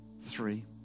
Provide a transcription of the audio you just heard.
Three